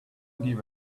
give